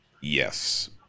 Yes